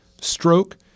stroke